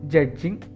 Judging